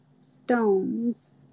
stones